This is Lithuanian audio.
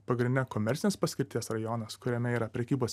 pagrindinė komercinės paskirties rajonas kuriame yra prekybos